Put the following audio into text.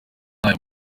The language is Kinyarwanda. ntayo